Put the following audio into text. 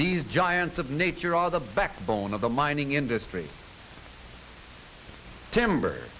these giants of nature are the backbone of the mining industry timber